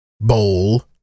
bowl